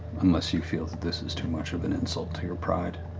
unless you feel that this is too much of an insult to your pride.